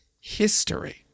history